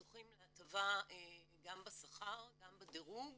זוכים להטבה גם בשכר, גם בדירוג